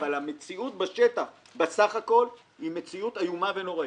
אבל המציאות בשטח בסך הכול היא מציאות איומה ונוראית.